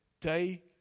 day